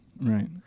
right